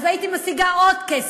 אז הייתי משיגה עוד כסף.